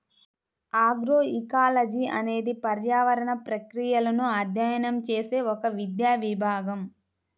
agroecology అనేది పర్యావరణ ప్రక్రియలను అధ్యయనం చేసే ఒక విద్యా విభాగం